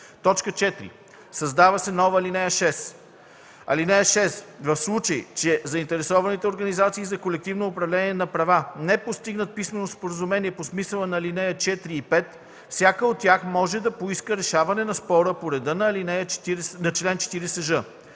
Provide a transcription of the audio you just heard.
4. Създава се нова ал. 6: „(6) В случай че заинтересованите организации за колективно управление на права не постигнат писмено споразумение по смисъла на ал. 4 и 5, всяка от тях може да поиска решаване на спора по реда на чл. 40ж.